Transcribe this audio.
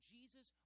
Jesus